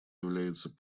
является